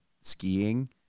skiing